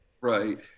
Right